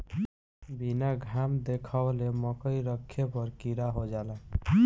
बीना घाम देखावले मकई रखे पर कीड़ा हो जाला